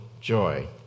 joy